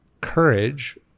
courage